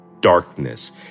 darkness